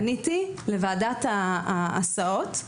פניתי לוועדת ההסעות,